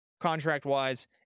Contract-wise